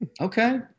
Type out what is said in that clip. Okay